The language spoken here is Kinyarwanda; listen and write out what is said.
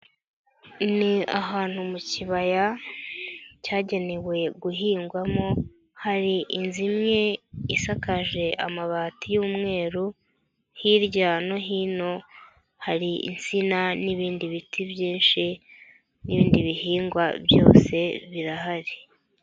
Ni ahantu mu kibaya cyagenewe guhingwamo hari inzu imwe isakaje amabati y umweru, hirya no hino hari insina n'ibindi biti byinshi n'ibindi bihingwa byose birahari.